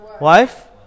Wife